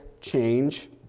change